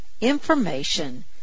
information